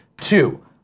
two